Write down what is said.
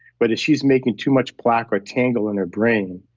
but she's making too much plaque or tangle in her brain.